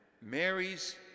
Mary's